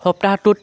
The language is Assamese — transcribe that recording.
সপ্তাহটোত